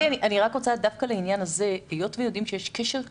דווקא לעניין הזה, אני רוצה לומר